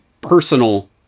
personal